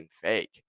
fake